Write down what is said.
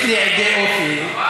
יש לי עדי אופי.